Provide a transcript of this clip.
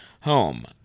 home